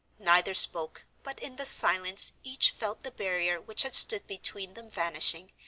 neither spoke, but in the silence each felt the barrier which had stood between them vanishing,